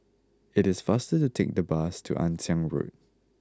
it is faster to take the bus to Ann Siang Road